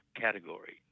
category